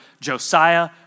Josiah